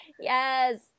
Yes